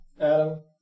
Adam